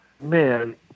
Man